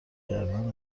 کردن